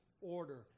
order